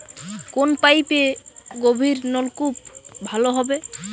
কোন পাইপে গভিরনলকুপ ভালো হবে?